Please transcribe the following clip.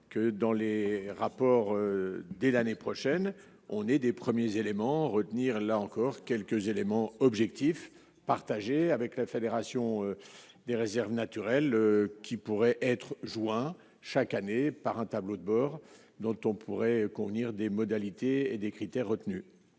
que dans les rapports dès l'année prochaine, on est des premiers éléments retenir là encore quelques éléments objectifs partagés avec la Fédération des réserves naturelles qui pourraient être joints chaque année par un tableau de bord dont on pourrait convenir des modalités et des critères retenus.